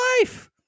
life